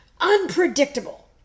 Unpredictable